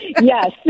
Yes